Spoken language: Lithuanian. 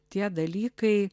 tie dalykai